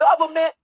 government